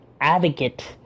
advocate